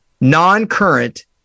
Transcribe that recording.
Non-current